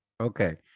okay